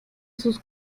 sus